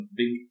big